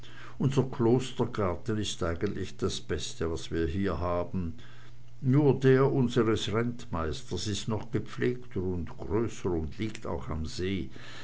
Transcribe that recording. unser klostergarten ist eigentlich das beste was wir hier haben nur der unsers rentmeisters ist noch gepflegter und größer und liegt auch am see